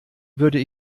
würde